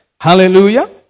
Hallelujah